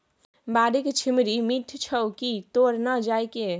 बाड़ीक छिम्मड़ि मीठ छौ की तोड़ न जायके